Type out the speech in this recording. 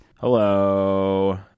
Hello